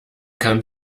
kann